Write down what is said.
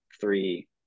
three